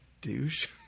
douche